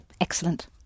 Excellent